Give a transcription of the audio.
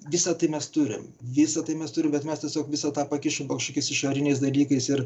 visa tai mes turim visa tai mes turim bet mes tiesiog visą tą pakišom po kažkokiais išoriniais dalykais ir